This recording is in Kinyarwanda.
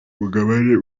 mugabane